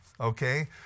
okay